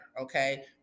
Okay